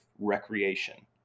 recreation